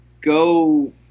go